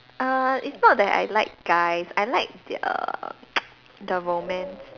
uh it's not that I like guys I like the err the romance